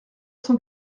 cent